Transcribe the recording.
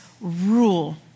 rule